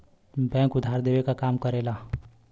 bank उधार देवे क काम करला